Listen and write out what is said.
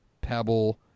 Pebble